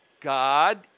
god